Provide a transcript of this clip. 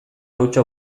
hautsa